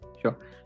sure